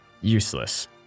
useless